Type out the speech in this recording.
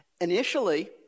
initially